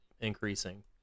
increasing